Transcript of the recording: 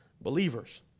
believers